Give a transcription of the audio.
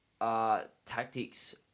tactics